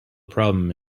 problem